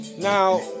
Now